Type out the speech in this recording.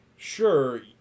Sure